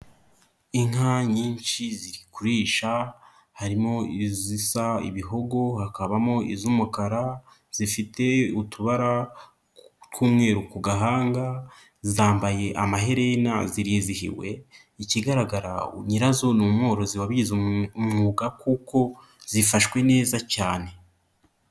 Inka nyinshi zikurisha harimo izisa ibihogo, hakabamo iz'umukara zifite utubara tw'umweru ku gahanga zambaye amaherere zirizihiwe ikigaragara nyirazo ni umworozi wabigize umwuga kuko zifashwe neza cyane.